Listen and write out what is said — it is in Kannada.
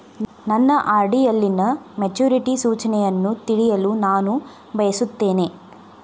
ನನ್ನ ಆರ್.ಡಿ ಯಲ್ಲಿನ ಮೆಚುರಿಟಿ ಸೂಚನೆಯನ್ನು ತಿಳಿಯಲು ನಾನು ಬಯಸುತ್ತೇನೆ